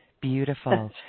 Beautiful